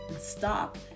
stop